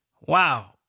Wow